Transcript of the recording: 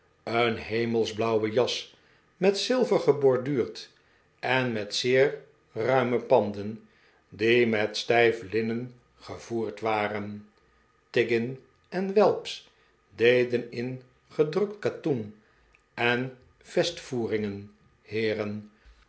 een hemelsblauwe jas met zilver geborduurd en met zeer ruime panden die met stijf linnen gevoerd waren tiggin en welps deden in gedrukt katoen en vestvoeringen heeren